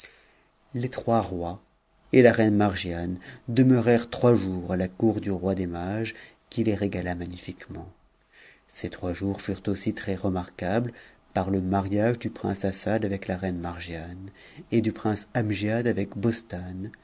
les trois rois et la reine margiane demeurèrent trois jours à la cour du roi des mages qui les régala magnifiquement ces trois jours furent t très remarquables par le mariage du prince assad avec la reine anp pt du prince amgiad avec bostane